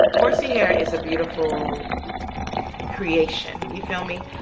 four c hair is a beautiful creation. you feel me?